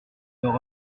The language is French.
leur